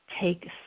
Take